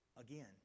again